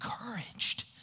encouraged